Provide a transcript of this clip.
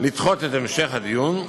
לדחות את המשך הדיון,